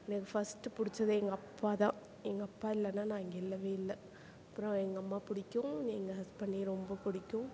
எனக்கு ஃபர்ஸ்ட்டு பிடிச்சது எங்கள் அப்பா தான் எங்கள் அப்பா இல்லைனா நான் இங்கே இல்லவே இல்லை அப்றம் எங்கள் அம்மா பிடிக்கும் எங்கள் ஹஸ்பண்டையும் ரொம்ப பிடிக்கும்